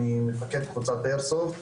אני מפקד קבוצת איירסופט.